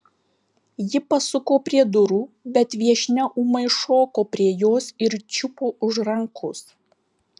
ji pasuko prie durų bet viešnia ūmai šoko prie jos ir čiupo už rankos